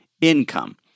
income